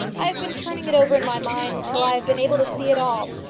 i have been turning it over in my mind till i have been able to see it all.